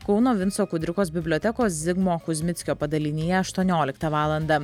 kauno vinco kudirkos bibliotekos zigmo kuzmickio padalinyje aštuonioliktą valandą